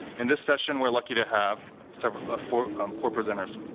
in this session we're lucky to have sort of ah four um four presenters.